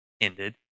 ended